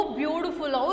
beautiful